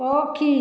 ପକ୍ଷୀ